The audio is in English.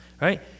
right